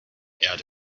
erde